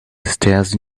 stares